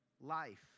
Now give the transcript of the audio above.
life